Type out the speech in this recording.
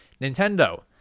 Nintendo